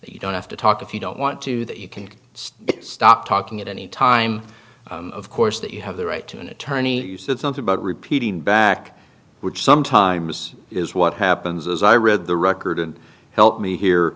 that you don't have to talk if you don't want to that you can stop talking at any time of course that you have the right to an attorney you said something about repeating back which sometimes is what happens as i read the record and help me here